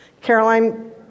Caroline